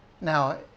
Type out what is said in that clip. Now